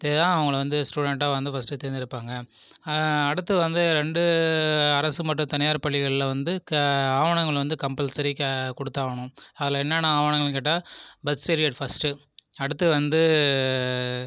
அவங்களை வந்து ஸ்டூடண்டாக வந்து ஃபர்ஸ்ட் தேர்ந்தெடுப்பாங்க அடுத்து வந்து ரெண்டு அரசு மற்றும் தனியார் பள்ளிகளில் வந்து ஆவணங்கள் வந்து கம்பல்சரி கொடுத்தாவணும் அதில் என்னன்னால் ஆவணங்கள்ன்னு கேட்டால் பர்த் சர்டிஃபிகேட் ஃபஸ்ட்டு அடுத்து வந்து